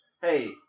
Hey